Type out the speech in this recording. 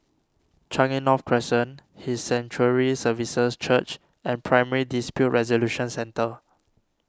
Changi North Crescent His Sanctuary Services Church and Primary Dispute Resolution Centre